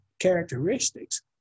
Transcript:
characteristics